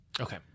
Okay